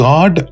God